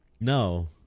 No